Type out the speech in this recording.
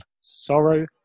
sorrow